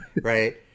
right